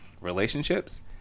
relationships